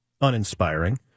uninspiring